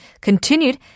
continued